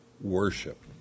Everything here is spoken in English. worship